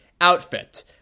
outfit